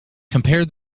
compare